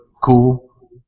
cool